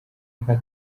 nka